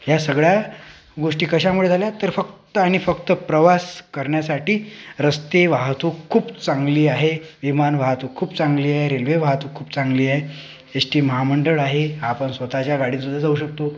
ह्या सगळ्या गोष्टी कशामुळे झाल्या तर फक्त आणि फक्त प्रवास करण्यासाठी रस्ते वाहतूक खूप चांगली आहे विमान वाहतूक खूप चांगली आहे रेल्वे वाहतूक खूप चांगली आहे एस टी महामंडळ आहे आपण स्वतःच्या गाडीतसुद्धा जाऊ शकतो